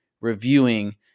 reviewing